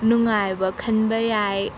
ꯅꯨꯡꯉꯥꯏꯕ ꯈꯟꯕ ꯌꯥꯏ